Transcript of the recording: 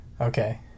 Okay